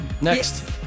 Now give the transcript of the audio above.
next